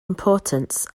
importance